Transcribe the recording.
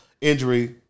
injury